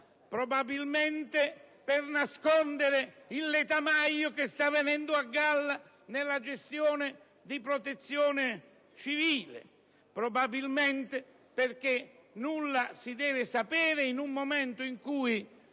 probabilmente per nascondere il letamaio che sta venendo a galla nella gestione della Protezione civile, probabilmente perché nulla si deve sapere nel momento in cui